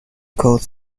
called